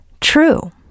true